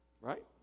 Right